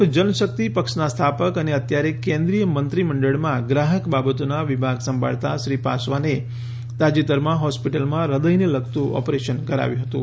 લોકજનશક્તિ પક્ષનાં સ્થાપક અને અત્યારે કેન્દ્રીય મંત્રીમંડળમાં ગ્રાહક બાબતોનાં વિભાગ સંભાળતાં શ્રી પાસવાને તાજેતરમાં હોસ્પીટલમાં હૃદયને લગતું ઓપરેશન કરાવ્યું હતું